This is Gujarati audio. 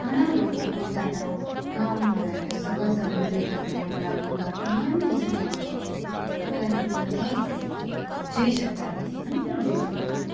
ઘણાં લોકો પોતાનાં ગામમાં રહેતાં સગા સબંધીઓ સાથેની મુલાકાત માટે નિયમિત જતાં હોય છે પરંતુ બધાં લોકો જઈ શકતાં નથી હું પણ જઈ શકતી નથી